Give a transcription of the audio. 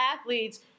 athletes